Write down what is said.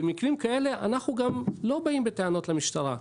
במקרים כאלה אנחנו גם לא באים בטענות למשטרה.